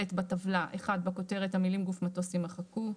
בטבלה - בכותרת המילים "גוף מטוס" - יימחקו.